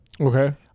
Okay